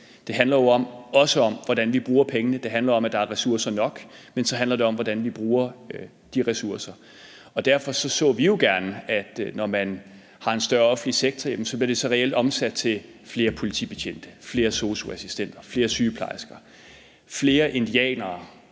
Det handler jo også om, hvordan vi bruger pengene. Det handler om, at der er ressourcer nok, og så handler det om, hvordan vi bruger de ressourcer. Derfor så vi jo gerne, at når man har en større offentlig sektor, bliver det så reelt omsat til flere politibetjente, flere sosu-assistenter og flere sygeplejersker – flere indianere